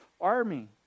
army